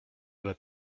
ale